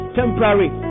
temporary